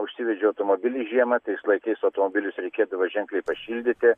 užsivedžiau automobilį žiemą tais laikais automobilius reikėdavo ženkliai pašildyti